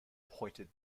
pointed